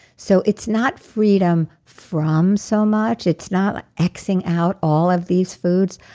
so it's not freedom from so much. it's not x-ing out all of these foods.